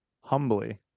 humbly